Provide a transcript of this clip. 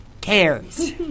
cares